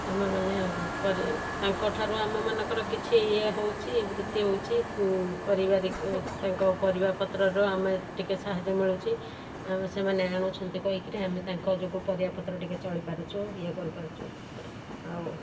ଆମେ ମାନେ ପରେ ତାଙ୍କ ଠାରୁ ଆମମାନଙ୍କର କିଛି ଇଏ ହେଉଛି ବୃତ୍ତି ହେଉଛି ପାରିବାରିକ ତାଙ୍କ ପରିବାପତ୍ରରୁ ଆମେ ଟିକେ ସାହାଯ୍ୟ ମିଳୁଛି ଆମେ ସେମାନେ ଆଣୁଛନ୍ତି କହିକିରି ଆମେ ତାଙ୍କ ଯୋଗୁଁ ପରିବାପତ୍ର ଟିକେ ଚଳିପାରୁଛୁ ଇଏ କରିପାରୁଛୁ ଆଉ